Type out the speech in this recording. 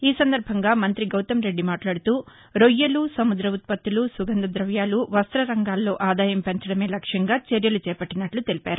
ఈ సందర్బంగా మంతి గౌతంరెడ్డి మాట్లాడుతూరొయ్యలు సముద్ర ఉత్పత్తులు సుగంధ దవ్యాలు వస్త రంగాల్లో ఆదాయం పెంచడమే లక్ష్యంగా చర్యలు చేపట్లినట్లు తెలిపారు